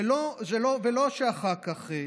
ולא שאחר כך,